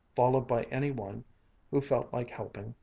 followed by any one who felt like helping,